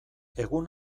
egun